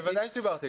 בוודאי שדיברתי.